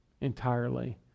Entirely